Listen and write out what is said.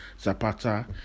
Zapata